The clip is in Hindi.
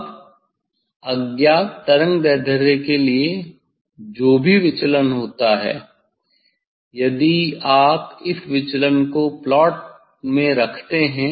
अब अज्ञात तरंग दैर्ध्य के लिए जो भी विचलन होता है यदि आप इस विचलन को प्लॉट में रखते है